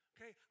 Okay